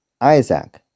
Isaac